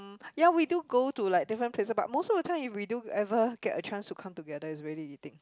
ya we do go to like different places but most of the time if we do ever get a chance to come together is really eating